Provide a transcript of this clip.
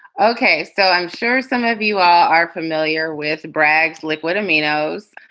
ok, so i'm sure some of you are familiar with braggs liquid camino's,